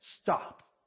stop